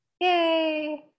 Yay